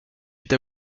est